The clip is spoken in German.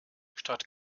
statt